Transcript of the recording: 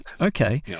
Okay